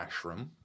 Ashram